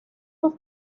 was